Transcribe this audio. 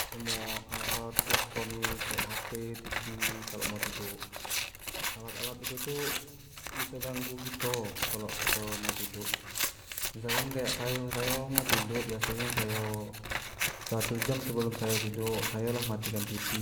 Semuo alat alat elektronik baik hp, tv kalo mau tiduk, alat-alat itu tu biso ganggu kito kalau kito mau tiduk, misal kan kayak sayo, sayo mau tiduk biaso nyo sayo satu jam sebelum sayo tiduk sayo sudah mati kan tv,